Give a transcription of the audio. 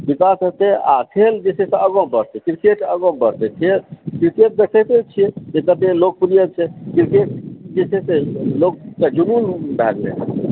विकास हेतै आ खेल जे छै से आगाँ बढ़तै क्रिकेट आगाँ बढ़तै क्रिकेट देखैते छी जे कतेक लोक सुनै छै क्रिकेट जे छै से लोककेँ जुनुन भए गेलै हँ